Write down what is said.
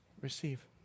receive